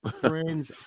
friends